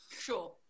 Sure